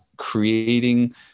creating